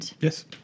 Yes